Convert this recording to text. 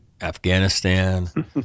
Afghanistan